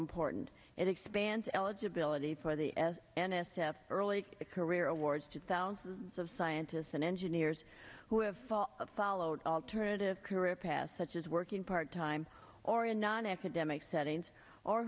important it expands eligibility for the as n s f early career awards to thousands of scientists and engineers who have thought of followed alternative career paths such as working part time or a non academic settings or